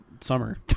summer